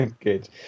Good